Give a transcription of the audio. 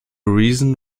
reason